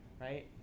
right